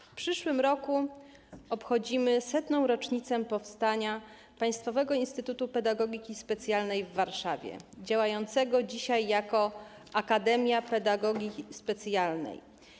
W przyszłym roku obchodzimy 100. rocznicę powstania Państwowego Instytutu Pedagogiki Specjalnej w Warszawie, działającego dzisiaj jako Akademia Pedagogiki Specjalnej.